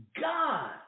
God